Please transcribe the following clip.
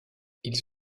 ils